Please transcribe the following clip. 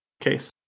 case